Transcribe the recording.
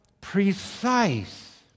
precise